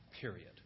period